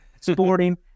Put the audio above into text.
Sporting